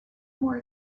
more